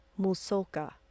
Musoka